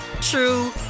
true